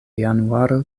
januaro